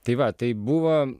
tai va tai buvo